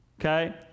Okay